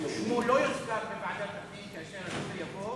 שמו לא יוזכר בוועדת הפנים כאשר הנושא יבוא.